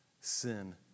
sin